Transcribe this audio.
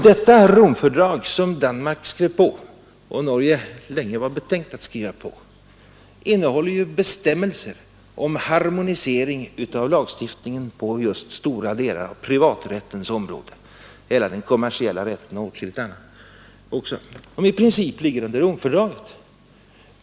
Detta Romfördrag, som Danmark skrev på och Norge länge var betänkt att skriva på, innehåller ju bestämmelser om harmonisering av lagstiftningen på just stora delar av privaträttens område — hela den kommersiella rätten och åtskilligt annat som i princip ligger under Romfördraget.